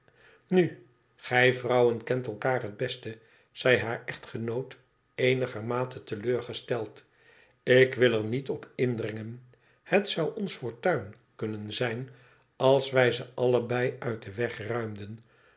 nu gij vrouwen kent elkaar het best zei haar echtgenoot eenigermate te leur gesteld ik wil er niet op indringen het zou ons fortuin kunnen zijn als wij ze allebei uit den weg ruimden